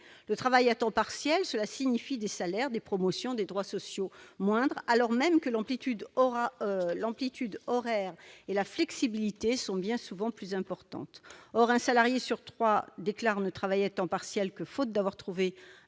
Le travail à temps partiel signifie des salaires, des promotions, des droits sociaux moindres, alors même que l'amplitude horaire et la flexibilité sont bien souvent plus importantes. Or un salarié sur trois déclare ne travailler à temps partiel que faute d'avoir trouvé